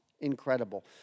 Incredible